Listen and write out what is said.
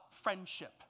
friendship